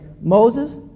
Moses